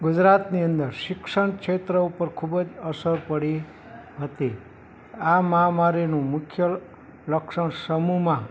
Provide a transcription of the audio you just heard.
ગુજરાતની અંદર શિક્ષણ ક્ષેત્ર ઉપર ખૂબ જ અસર પડી હતી આ મહામારીનું મુખ્ય લક્ષણ સમૂહમાં